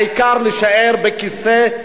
העיקר להישאר בכיסא,